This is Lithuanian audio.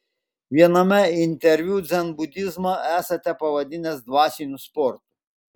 viename interviu dzenbudizmą esate pavadinęs dvasiniu sportu